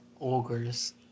ogres